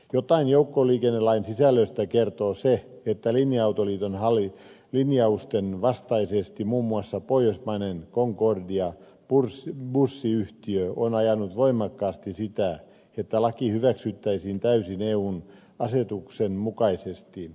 jotain joukkoliikennelain sisällöstä kertoo se että linja autoliiton linjausten vastaisesti muun muassa pohjoismainen concordia bussiyhtiö on ajanut voimakkaasti sitä että laki hyväksyttäisiin täysin eun asetuksen mukaisesti